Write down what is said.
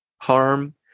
harm